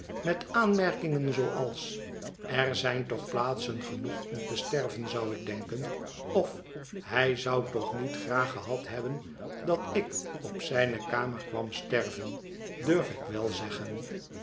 met aanmerkingen zooals er zijn toch plaatsen genoeg om te sterven zou ik denken of hij zou toch niet graag gehad hebben dat ik op z ij n e kamer kwam sterven durf ik wel zeggen